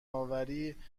آوری